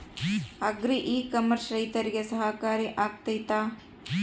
Agri e commerce ರೈತರಿಗೆ ಸಹಕಾರಿ ಆಗ್ತೈತಾ?